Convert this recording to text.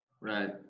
Right